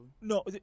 No